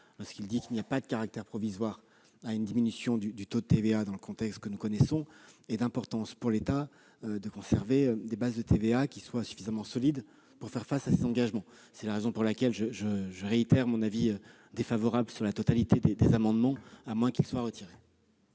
lorsqu'il dit qu'il ne croit pas au caractère provisoire d'une diminution du taux de TVA dans le contexte que nous connaissons. De surcroît, il est important pour l'État de conserver des bases de TVA qui soient suffisamment solides pour faire face à ses engagements. Telles sont les raisons pour lesquelles je réitère mon avis défavorable sur la totalité des amendements, à moins qu'ils ne soient retirés.